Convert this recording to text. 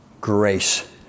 Grace